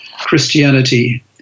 Christianity